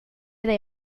they